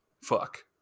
fuck